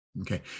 Okay